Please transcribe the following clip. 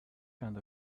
kind